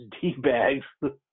D-bags